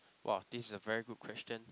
!wah! this is a very good question